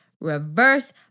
Reverse